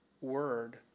word